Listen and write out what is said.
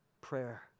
prayer